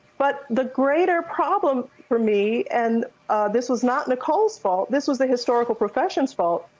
but the greater problem for me and this was not nicole's fault, this was the historical profession's fault.